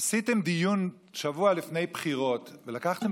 עשיתם דיון שבוע לפני בחירות ולקחתם